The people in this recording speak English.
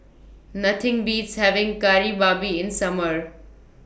Nothing Beats having Kari Babi in Summer